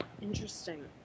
interesting